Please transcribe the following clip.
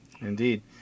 Indeed